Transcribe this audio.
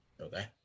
okay